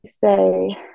say